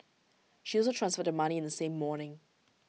she also transferred the money in the same morning